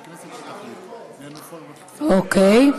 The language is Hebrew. אוקיי.